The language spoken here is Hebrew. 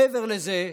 מעבר לזה,